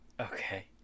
Okay